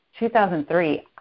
2003